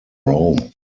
rome